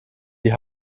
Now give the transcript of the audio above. die